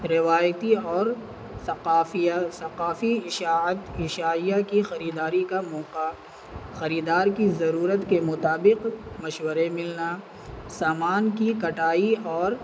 روایتی اور ثقافیہ ثقافی اشات اشعیہ کی خریداری کا موقع خریدار کی ضرورت کے مطابق مشورے ملنا سامان کی کٹائی اور